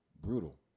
Brutal